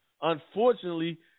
Unfortunately